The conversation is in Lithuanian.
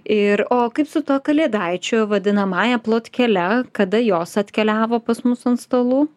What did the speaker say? ir o kaip su tuo kalėdaičiu vadinamąja plotkele kada jos atkeliavo pas mus ant stalų